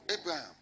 Abraham